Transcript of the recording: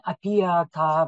apie tą